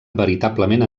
veritablement